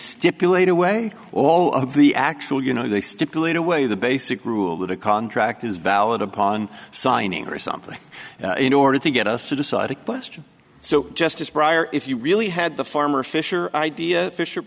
stipulate away all of the actual you know they stipulate away the basic rule that a contract is valid upon signing or something in order to get us to decide a question so just as prior if you really had the farmer fisher idea fisher